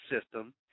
system